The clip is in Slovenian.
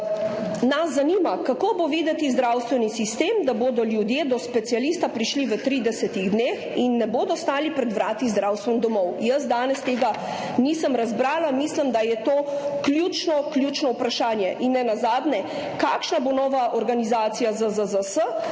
nas zanima: Kako bo videti zdravstveni sistem, v katerem bodo ljudje do specialista prišli v 30 dneh in ne bodo stali pred vrati zdravstvenih domov? Jaz danes tega nisem razbrala. Mislim, da je to ključno vprašanje. In nenazadnje: Kakšna bo nova organizacija ZZZS,